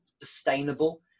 sustainable